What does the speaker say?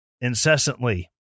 incessantly